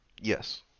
Yes